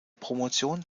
promotion